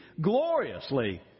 gloriously